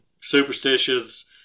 superstitions